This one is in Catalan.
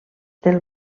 del